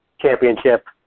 championship